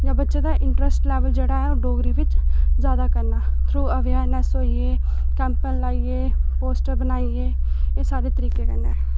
जां बच्चे दा इंटरस्ट लैवल जेह्ड़ा ऐ ओह् डोगरी बिच ज्यादा करना थ्रू अवेर्नेस होई कैंप लाइयै पोस्टर बनाइये एह् सारे तरीके कन्नै